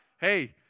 Hey